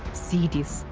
cities,